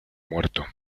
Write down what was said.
muerto